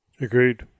Agreed